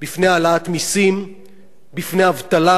בפני אבטלה, שכבר אנחנו רואים את התוצאות שלה.